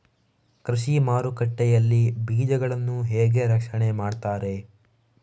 ಕೃಷಿ ಮಾರುಕಟ್ಟೆ ಯಲ್ಲಿ ಬೀಜಗಳನ್ನು ಹೇಗೆ ರಕ್ಷಣೆ ಮಾಡ್ತಾರೆ?